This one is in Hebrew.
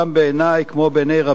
גם בעיני,